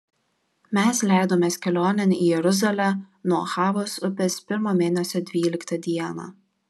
mes leidomės kelionėn į jeruzalę nuo ahavos upės pirmo mėnesio dvyliktą dieną